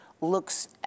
looks